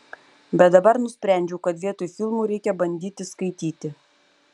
bet dabar nusprendžiau kad vietoj filmų reikia bandyti skaityti